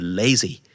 lazy